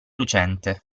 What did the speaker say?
lucente